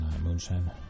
moonshine